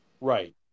Right